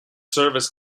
service